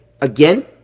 again